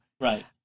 Right